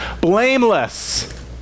Blameless